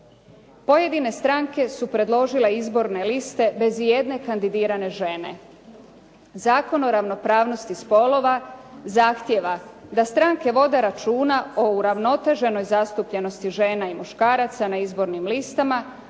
Pojedine stranke su predložile izborne liste bez ijedne kandidirane žene. Zakon o ravnopravnosti spolova zahtijeva da stranke vode računa o uravnoteženoj zastupljenosti žena i muškaraca na izbornim listama,